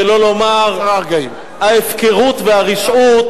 שלא לומר ההפקרות והרשעות,